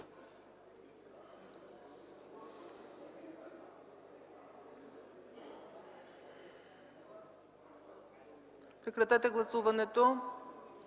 прекратете гласуването.